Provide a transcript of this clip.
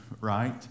right